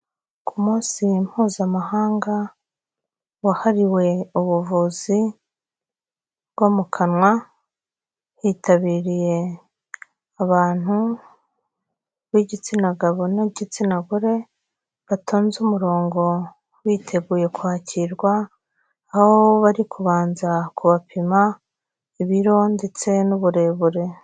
Ku munsi Mpuzamahanga wahariwe ubuvuzi bwo mu kanwa, hitabiriye abantu b'igitsina gabo n'igitsina gore, batonze umurongo biteguye kwakirwa, aho bari kubanza kubapima ibiro ndetse n'uburebure.